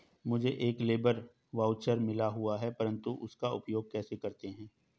मुझे एक labour voucher मिला हुआ है परंतु उसका उपयोग कैसे करते हैं?